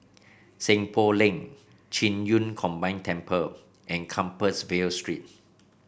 Seng Poh Lane Qing Yun Combined Temple and Compassvale Street